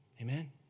Amen